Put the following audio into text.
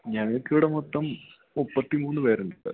ഞങ്ങൾക്കിവിടെ മൊത്തം മുപ്പത്തിമൂന്ന് പേരുണ്ട്